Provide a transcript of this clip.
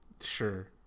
Sure